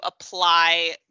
apply